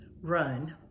run